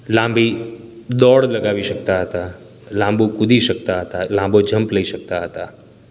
લાંબી દોડ લગાવી શકતા હતા લાંબુ કૂદી શકતા હતા લાંબો જમ્પ લઈ શકતા હતા